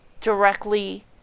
directly